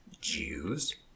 Jews